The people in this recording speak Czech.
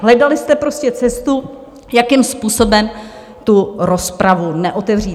Hledali jste prostě cestu, jakým způsobem tu rozpravu neotevřít.